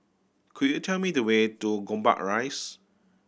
could you tell me the way to Gombak Rise